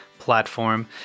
platform